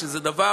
שזה דבר